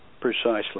Precisely